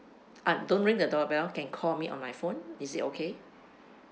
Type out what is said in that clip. ah don't ring the doorbell can call me on my phone is it okay